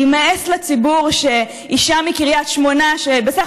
יימאס לציבור שאישה מקריית שמונה שבסך